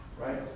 right